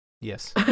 Yes